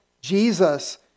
Jesus